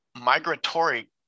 migratory